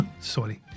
sorry